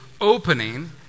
Opening